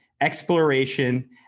exploration